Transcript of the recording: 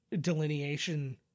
delineation